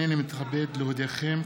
הינני מתכבד להודיעכם,